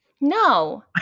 No